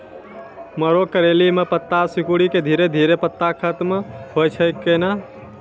मरो करैली म पत्ता सिकुड़ी के धीरे धीरे पत्ता खत्म होय छै कैनै?